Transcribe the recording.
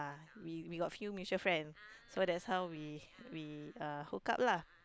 we we got few mutual friends so that's how we we uh hook up lah